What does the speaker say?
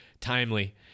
timely